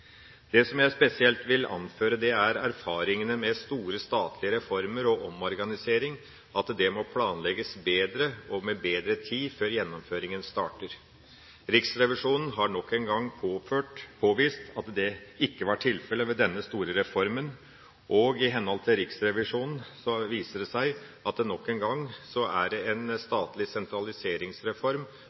Det som jeg spesielt vil anføre, er erfaringene med store, statlige reformer og omorganisering – at det må planlegges bedre og med bedre tid før gjennomføringa starter. Riksrevisjonen har nok en gang påvist at det ikke var tilfellet ved denne store reformen, og i henhold til Riksrevisjonen viser det seg her at det nok en gang er en statlig sentraliseringsreform